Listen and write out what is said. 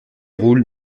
roule